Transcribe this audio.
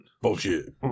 Bullshit